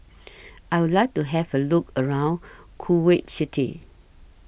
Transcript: I Would like to Have A Look around Kuwait City